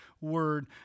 word